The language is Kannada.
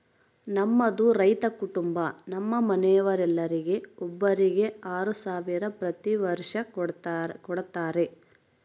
ನಮ್ಮದು ರೈತ ಕುಟುಂಬ ನಮ್ಮ ಮನೆಯವರೆಲ್ಲರಿಗೆ ಒಬ್ಬರಿಗೆ ಆರು ಸಾವಿರ ಪ್ರತಿ ವರ್ಷ ಕೊಡತ್ತಾರೆ